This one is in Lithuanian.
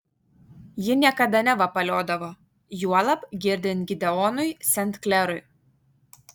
ji niekada nevapaliodavo juolab girdint gideonui sent klerui